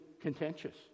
contentious